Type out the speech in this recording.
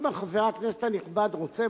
אם חבר הכנסת הנכבד רוצה,